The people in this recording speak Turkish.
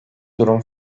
durum